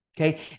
Okay